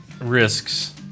risks